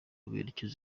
berekeza